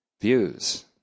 views